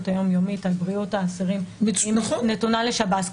היום יומית על בריאות האסירים היא נתונה לשב"ס.